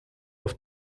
auf